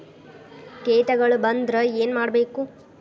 ಕೇಟಗಳ ಬಂದ್ರ ಏನ್ ಮಾಡ್ಬೇಕ್?